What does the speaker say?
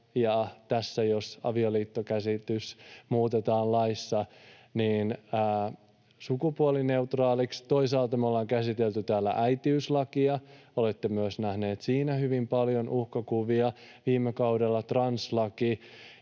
tässä, jos avioliittokäsitys muutetaan laissa sukupuolineutraaliksi. Toisaalta me ollaan käsitelty täällä äitiyslakia — olette nähnyt myös siinä hyvin paljon uhkakuvia. Viime kaudella translaki.